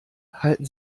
halten